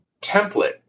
template